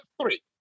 three